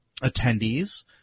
attendees